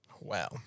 Wow